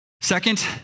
Second